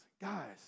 guys